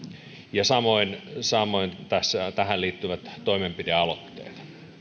ja samoin samoin tähän liittyvät toimenpidealoitteet